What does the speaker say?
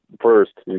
first